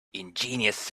ingenious